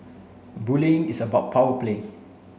bullying is about power play